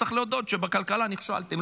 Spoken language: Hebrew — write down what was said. צריך להודות שבכלכלה נכשלתם.